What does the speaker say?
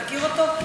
אתה מכיר אותו?